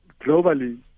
globally